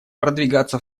продвигаться